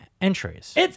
entries